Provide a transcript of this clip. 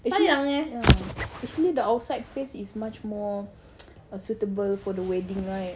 actually the outside place is much more suitable for the wedding right